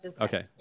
Okay